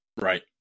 Right